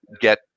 get